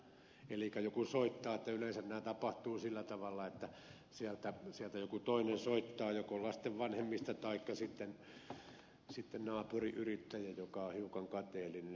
elikkä joku soittaa yleensä nämä tapahtuvat sillä tavalla että sieltä joku toinen soittaa joko lasten vanhemmista taikka sitten naapuriyrittäjä joka on hiukan kateellinen